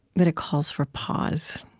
that it calls for pause.